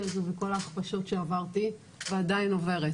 הזו וכל ההכפשות שעברתי ועדיין עוברת,